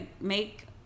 make